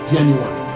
Genuine